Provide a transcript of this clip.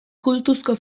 kultuzko